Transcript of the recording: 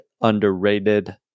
underrated